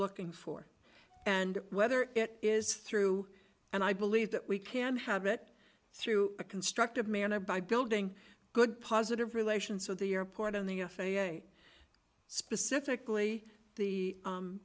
looking for and whether it is through and i believe that we can have it through a constructive manner by building good positive relations with the airport on the f a a specifically the